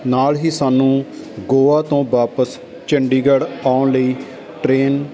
ਨਾਲ ਹੀ ਸਾਨੂੰ ਗੋਆ ਤੋਂ ਵਾਪਸ ਚੰਡੀਗੜ੍ਹ ਆਉਣ ਲਈ ਟਰੇਨ